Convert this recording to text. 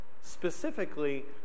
specifically